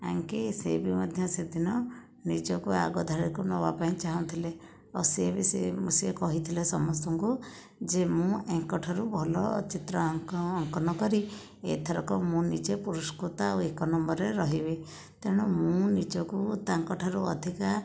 ଆଙ୍କି ସେ ବି ମଧ୍ୟ ସେଦିନ ନିଜକୁ ଆଗ ଧାଡ଼ିକୁ ନେବା ପାଇଁ ଚାହୁଁଥିଲେ ଆଉ ସିଏ ବି ସେ ସିଏ କହିଥିଲେ ସମସ୍ତଙ୍କୁ ଯେ ମୁଁ ୟାଙ୍କ ଠାରୁ ଭଲ ଚିତ୍ର ଅଙ୍କନ କରି ଏଥରକ ମୁଁ ନିଜେ ପୁରସ୍କୃତ ଆଉ ଏକ ନମ୍ବରରେ ରହିବି ତେଣୁ ମୁଁ ନିଜକୁ ତାଙ୍କ ଠାରୁ ଅଧିକା